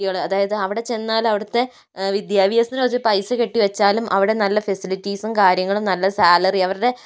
കുട്ടികൾ അതായത് അവിടെ ചെന്നാൽ അവിടത്തെ വിദ്യാഭ്യാസത്തിന് കുറച്ച് പൈസ കെട്ടി വച്ചാലും അവിടെ നല്ല ഫെസിലിറ്റീസും കാര്യങ്ങളും നല്ല സാലറി അവരുടെ